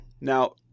Now